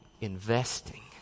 investing